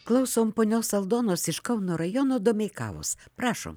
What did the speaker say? klausom ponios aldonos iš kauno rajono domeikavos prašom